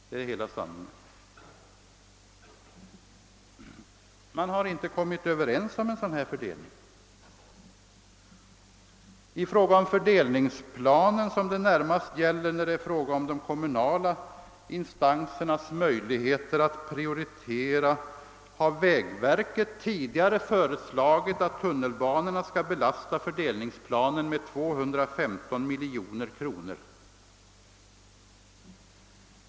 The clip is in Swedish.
Det är hela sanningen. Beträffande fördelningsplanen, som det närmast gäller när det är fråga om de kommunala institutionernas möjligheter att prioritera, har vägverket tidigare föreslagit att tunnelbanorna skall belasta denna med 215 miljoner kronor.